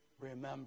remember